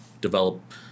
develop